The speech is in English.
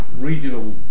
regional